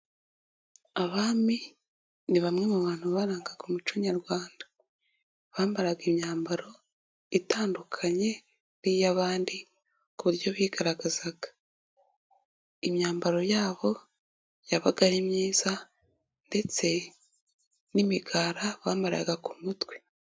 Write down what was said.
Abami ni bamwe mu bantu barangaga umuco nyarwanda, bambaraga imyambaro itandukanye n'iy'abandi ku buryo bigaragaza, imyambaro yabo yabaga ari myiza ndetse n'imigara bambaraga ku mutwe.